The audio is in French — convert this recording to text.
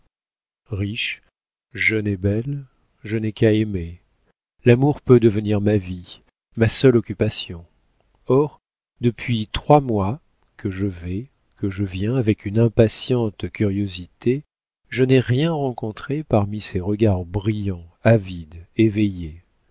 riche jeune et belle je n'ai qu'à aimer l'amour peut devenir ma vie ma seule occupation or depuis trois mois que je vais que je viens avec une impatiente curiosité je n'ai rien rencontré parmi ces regards brillants avides éveillés